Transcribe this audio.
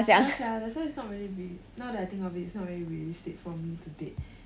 ya sia that's why it's not really reali~ now that I think of it it's not very realistic for me to date